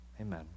Amen